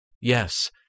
Yes